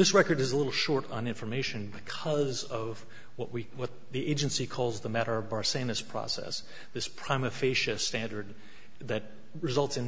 this record is a little short on information because of what we what the agency calls the matter bar same as process this prime officious standard that results in